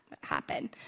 happen